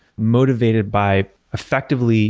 motivated by effectively